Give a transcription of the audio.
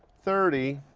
thirty